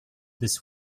this